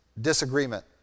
disagreement